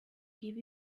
give